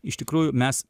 iš tikrųjų mes